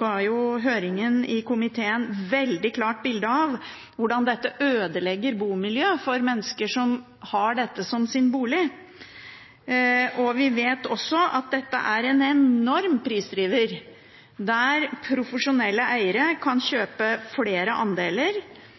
og høringen i komiteen ga et veldig klart bilde av hvordan dette ødelegger bomiljøet for mennesker som har dette som sin bolig. Vi vet også at dette er en enorm prisdriver, der profesjonelle eiere kan kjøpe flere andeler